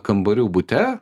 kambarių bute